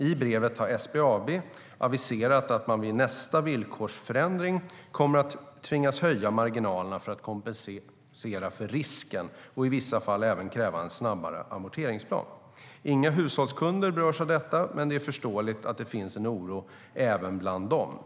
I brevet har SBAB aviserat att man vid nästa villkorsförändring kommer att tvingas höja marginalen för att kompensera för risken och i vissa fall även kräva en snabbare amorteringsplan. Inga hushållskunder berörs av detta, men det är förståeligt att det finns en viss oro även bland dem.